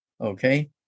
okay